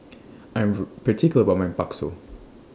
I'm very particular about My Bakso